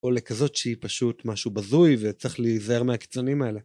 או לכזאת שהיא פשוט משהו בזוי וצריך להיזהר מהקיצוניים האלה